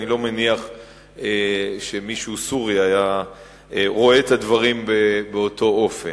אני לא מניח שמישהו סורי היה רואה את הדברים באותו אופן.